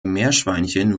meerschweinchen